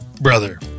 Brother